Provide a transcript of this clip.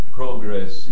progress